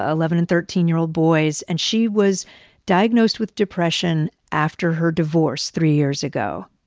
ah eleven and thirteen year old boys. and she was diagnosed with depression after her divorce three years ago.